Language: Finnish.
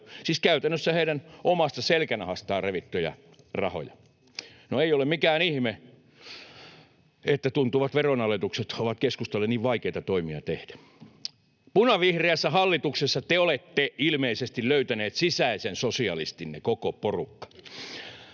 siis käytännössä heidän omasta selkänahastaan revittyjä rahoja. No, ei ole mikään ihme, että tuntuvat veronalennukset ovat keskustalle niin vaikeita toimia tehdä. Punavihreässä hallituksessa te olette ilmeisesti löytäneet sisäisen sosialistinne koko porukka.